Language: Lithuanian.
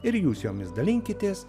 ir jūs jomis dalinkitės